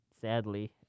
sadly